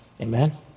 Amen